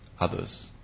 others